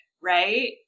right